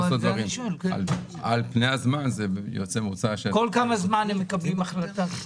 כל כמה זמן הם מקבלים החלטה?